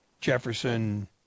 Jefferson